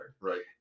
Right